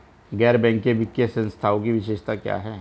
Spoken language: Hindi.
गैर बैंकिंग वित्तीय संस्थानों की विशेषताएं क्या हैं?